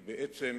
כי בעצם